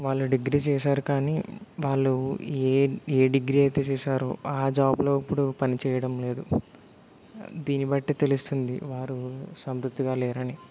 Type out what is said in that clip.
వాళ్ళు డిగ్రీ చేశారు కానీ వాళ్ళు ఏఏ ఏ డిగ్రీ అయితే చేశారో ఆ జాబ్లో ఇప్పుడు పని చేయడం లేదు దీన్ని బట్టి తెలుస్తుంది వారు సంతృప్తిగా లేరని